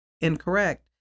incorrect